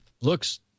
Looks